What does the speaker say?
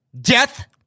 Death